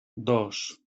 dos